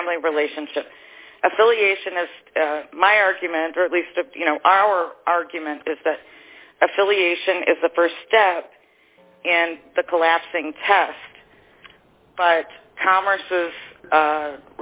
family relationship affiliation has my argument or at least if you know our argument is that affiliation is the st step and the collapsing test but commerce is